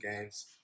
games